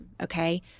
okay